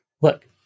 look